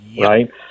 right